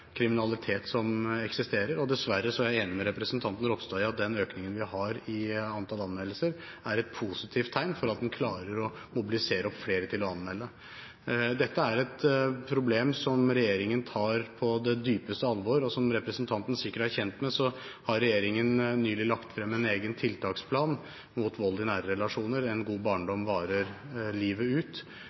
kriminalitet som eksisterer, og dessverre er jeg enig med representanten Ropstad i at den økningen vi har i antall anmeldelser, er et positivt tegn, fordi en klarer å mobilisere flere til å anmelde. Dette er et problem som regjeringen tar på det dypeste alvor. Som representanten sikkert er kjent med, har regjeringen nylig lagt frem en egen tiltaksplan mot vold i nære relasjoner, «En god barndom varer livet ut»,